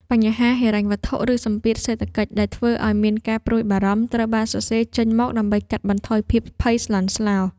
បញ្ហាហិរញ្ញវត្ថុ ឬសម្ពាធសេដ្ឋកិច្ចដែលធ្វើឱ្យមានការព្រួយបារម្ភ ត្រូវបានសរសេរចេញមកដើម្បីកាត់បន្ថយភាពភ័យស្លន់ស្លោ។